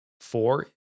Four